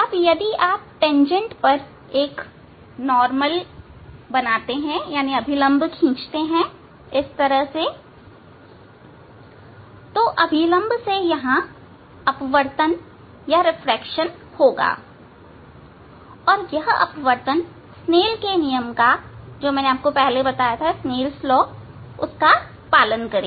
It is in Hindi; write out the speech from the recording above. अब यदि आप तेंजेंट पर एक अभिलंब खींचते हैं इस तरह खींचते हैं तो अभिलंब से यहां अपवर्तन होगा और यह अपवर्तन स्नेल के नियमSnell's Law का पालन करेगा